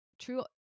True